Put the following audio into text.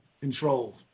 control